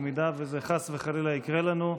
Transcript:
במידה שזה חס וחלילה יקרה לנו,